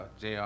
Jr